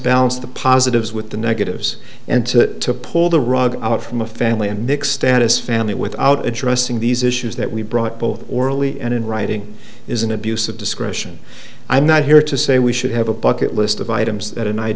balance the positives with the negatives and to pull the rug out from a family and mix status family without addressing these issues that we brought both orally and in writing is an abuse of discretion i'm not here to say we should have a bucket list of items that a